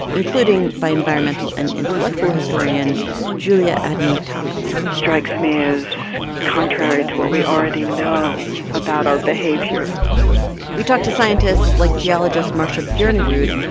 including by environmental and intellectual historian julia adeney thomas strikes me as contrary to what we already know about our behavior we talked to scientists like geologists marcia bjornerud,